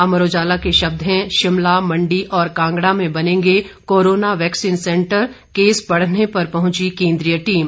अमर उजाला के शब्द हैं शिमला मंडी और कांगड़ा में बनेंगे कोरोना वैक्सीन सेंटर केस बढ़ने पर पहुंची केंद्रीय टीम